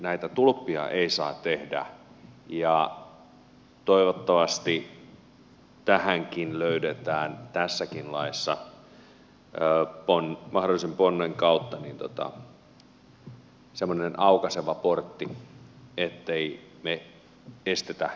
näitä tulppia ei saa tehdä ja toivottavasti tähänkin löydetään tässäkin laissa mahdollisen ponnen kautta semmoinen aukaiseva portti ettemme me estä kehitystä